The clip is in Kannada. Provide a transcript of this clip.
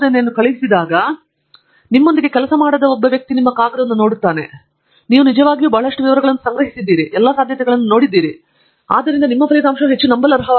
ನೀವು ಅಥವಾ ಅವಳು ಸಹ ನಿಮಗೆ ತಿಳಿದಿದೆಯೆಂದು ನೀವು ಅರ್ಥಮಾಡಿಕೊಂಡಿದ್ದೀರಿ ನೀವು ನಿಜವಾಗಿಯೂ ಬಹಳಷ್ಟು ವಿವರಗಳನ್ನು ಸಂಗ್ರಹಿಸಿದ್ದೀರಿ ನೀವು ಎಲ್ಲಾ ಸಾಧ್ಯತೆಗಳನ್ನು ನೋಡಿದ್ದೀರಿ ಮತ್ತು ಆದ್ದರಿಂದ ನಿಮ್ಮ ಫಲಿತಾಂಶವು ಹೆಚ್ಚು ನಂಬಲರ್ಹವಾಗಿದೆ